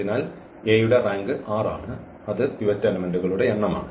അതിനാൽ A യുടെ rank r ആണ് അത് പിവറ്റ് എലെമെന്റുകളുടെ എണ്ണമാണ്